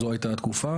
זו הייתה התקופה,